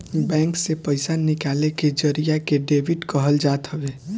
bank से पईसा निकाले के जरिया के डेबिट कहल जात हवे